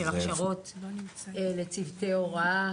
של הכשרות לצוותי הוראה,